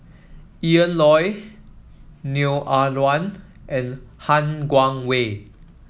Ian Loy Neo Ah Luan and Han Guangwei